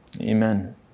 Amen